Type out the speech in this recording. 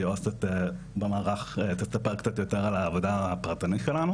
שהיא עובדת סוציאלית במערך תספר קצת יותר על העבודה הפרטנית שלנו